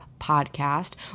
podcast